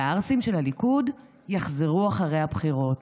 והערסים של הליכוד יחזרו אחרי הבחירות,